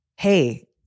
Hey